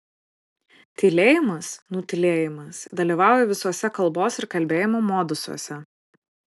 tylėjimas nutylėjimas dalyvauja visuose kalbos ir kalbėjimo modusuose